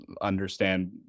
understand